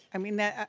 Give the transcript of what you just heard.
i mean that,